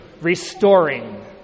restoring